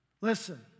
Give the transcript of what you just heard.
Listen